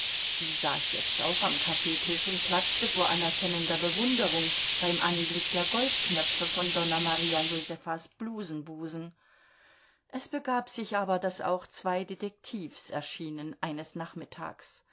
die saß jetzt auch am kaffeetisch und platzte vor anerkennender bewunderung beim anblick der goldknöpfe von donna maria josefas blusenbusen es begab sich aber daß auch zwei detektivs erschienen eines nachmittags